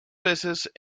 voces